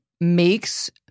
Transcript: makes